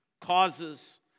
causes